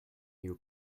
you